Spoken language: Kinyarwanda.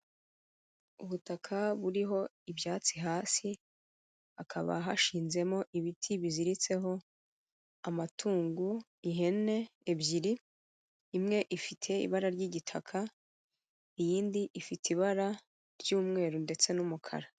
Ubutaka buriho ibyatsi hasi, hakaba hashimo ibiti biziritseho amatungo, ihene ebyiri, imwe ifite ibara ry'igitaka, iy'indi ifite ibara ry'umweru ndetse n'umukara.